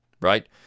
Right